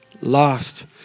lost